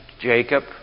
Jacob